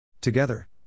Together